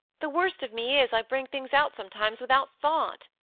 the worst of me is, i bring things out sometimes without thought,